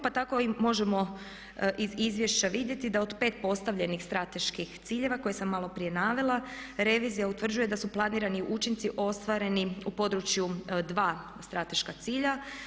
Pa tako i možemo iz izvješća vidjeti da od 5 postavljenih strateških ciljeva koje sam malo prije navela revizija utvrđuje da su planirani učinci ostvareni u području dva strateška cilja.